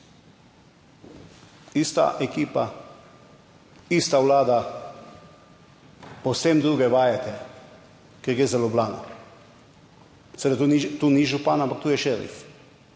Ista ekipa, ista vlada, povsem druge vajete, ker gre za Ljubljano. Seveda to ni župan, ampak tu je šerif.